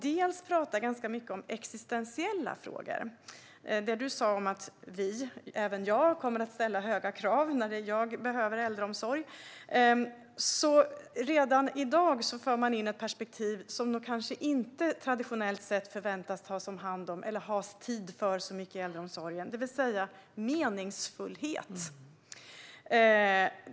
De pratar ganska mycket om existentiella frågor. Du sa att även jag kommer att ställa höga krav när jag behöver äldreomsorg, Katarina Brännström. Redan i dag för man in ett perspektiv som man kanske inte traditionellt sett förväntas ta hand om eller ha så mycket för tid för i äldreomsorgen, nämligen meningsfullhet.